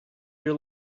your